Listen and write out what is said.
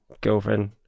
girlfriend